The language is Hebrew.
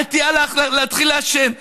לנטייה להתחיל לעשן וכו'